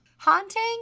Haunting